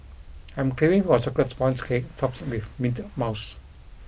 I'm craving for a chocolate sponge cake topped with mint mouse